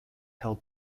held